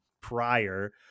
prior